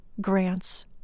Grant's